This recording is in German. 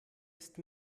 ist